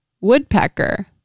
woodpecker